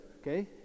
okay